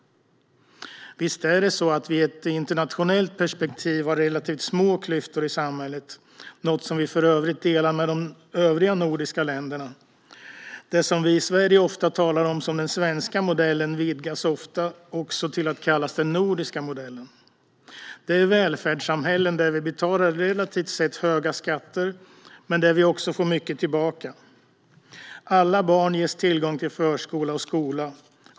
Visst har vi i ett internationellt perspektiv relativt små klyftor i samhället, något som vi för övrigt delar med de övriga nordiska länderna. Det som vi i Sverige ofta talar om som den svenska modellen vidgas ofta till att kallas den nordiska modellen. Det är välfärdssamhällen där vi betalar relativt sett höga skatter men också får mycket tillbaka. Alla barn ges tillgång till förskola och skola.